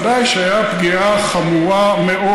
ודאי שהייתה פגיעה חמורה מאוד,